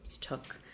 took